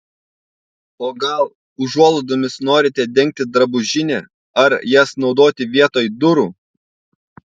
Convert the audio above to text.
o gal užuolaidomis norite dengti drabužinę ar jas naudoti vietoj durų